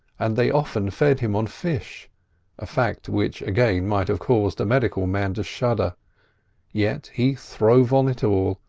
and they often fed him on fish a fact which again might have caused a medical man to shudder yet he throve on it all,